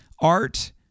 art